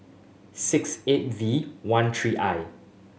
six eight V one three I